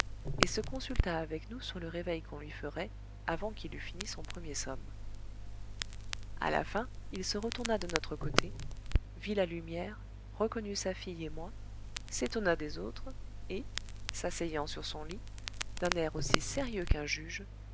et se consulta avec nous sur le réveil qu'on lui ferait avant qu'il eût fini son premier somme à la fin il se retourna de notre côté vit la lumière reconnut sa fille et moi s'étonna des autres et s'asseyant sur son lit d'un air aussi sérieux qu'un juge